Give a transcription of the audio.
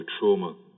trauma